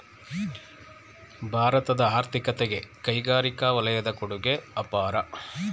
ಭಾರತದ ಆರ್ಥಿಕತೆಗೆ ಕೈಗಾರಿಕಾ ವಲಯದ ಕೊಡುಗೆ ಅಪಾರ